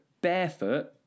Barefoot